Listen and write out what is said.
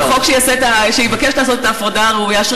זה חוק שיבקש לעשות את ההפרדה הראויה,